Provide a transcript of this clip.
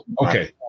Okay